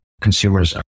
consumers